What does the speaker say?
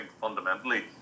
fundamentally